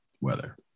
weather